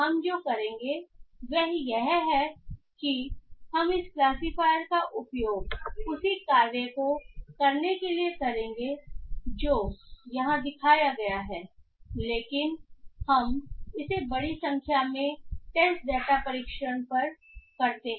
हम जो करेंगे वह यह है कि हम इस क्लासिफायर का उपयोग उसी कार्य को करने के लिए करेंगे जो यहां दिखाया गया है लेकिन हम इसे बड़ी संख्या में टेस्ट डेटा पर परीक्षण करते हैं